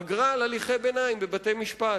אגרה על הליכי ביניים בבתי-משפט,